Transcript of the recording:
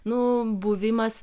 nu buvimas